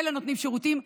אלה נותנים שירותים.